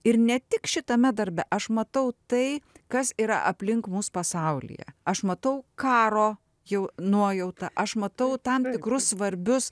ir ne tik šitame darbe aš matau tai kas yra aplink mus pasaulyje aš matau karo jau nuojautą aš matau tam tikrus svarbius